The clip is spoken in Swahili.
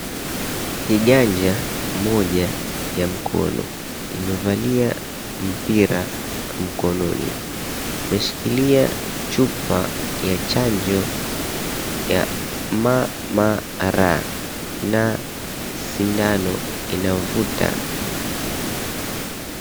Kiganja moja ya mkono, imevalia mpira mkononi. Umeshikilia chupa ya chanjo ya MMR na sindano inayovuta.